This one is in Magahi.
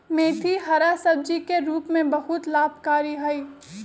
मेथी हरा सब्जी के रूप में बहुत लाभकारी हई